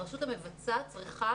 הרשות המבצעת צריכה